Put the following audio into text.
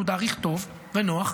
שהוא תאריך טוב ונוח,